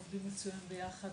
אנחנו עובדים מצוין ביחד,